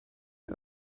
den